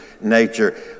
nature